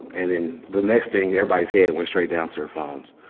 and then the next thing, everybody's head went straight down to their phones.